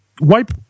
wipe